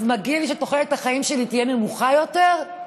אז מגיע לי שתוחלת החיים שלי תהיה נמוכה יותר?